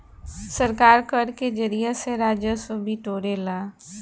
सरकार कर के जरिया से राजस्व बिटोरेला